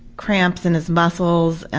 cramps in his muscles,